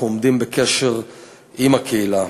אנחנו עומדים בקשר עם הקהילה.